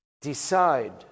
Decide